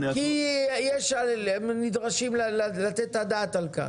כי נדרשים לתת את הדעת על כך.